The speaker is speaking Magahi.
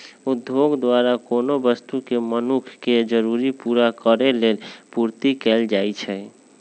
उद्योग द्वारा कोनो वस्तु के मनुख के जरूरी पूरा करेलेल पूर्ति कएल जाइछइ